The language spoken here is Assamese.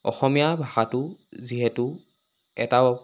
অসমীয়া ভাষাটো যিহেতু এটাও